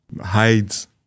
hides